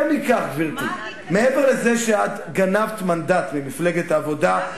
מה זה קדימה בדיוק?